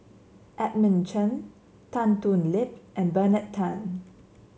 Edmund Chen Tan Thoon Lip and Bernard Tan